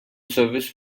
service